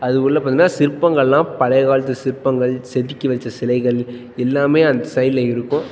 அது உள்ள பார்த்தின்னா சிற்பங்கள்லாம் பழைய காலத்து சிற்பங்கள் செதுக்கி வெச்ச சிலைகள் எல்லாமே அந்த சைடில் இருக்கும்